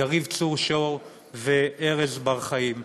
יריב צור שור וארז בר חיים,